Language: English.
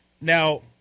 Now